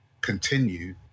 continue